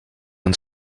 uns